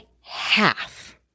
half